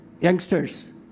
youngsters